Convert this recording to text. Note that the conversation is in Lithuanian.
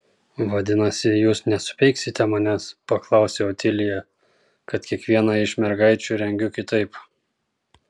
vadinasi jūs nesupeiksite manęs paklausė otilija kad kiekvieną iš mergaičių rengiu kitaip